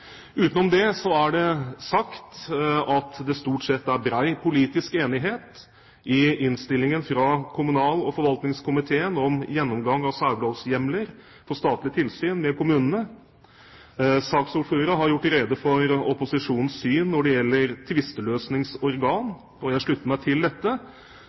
Utenom det er det sagt at det stort sett er bred politisk enighet i innstillingen fra kommunal- og forvaltningskomiteen om gjennomgang av særlovshjemler for statlig tilsyn med kommunene. Saksordføreren har gjort rede for opposisjonens syn når det gjelder tvisteløsningsorgan. Jeg slutter meg til dette.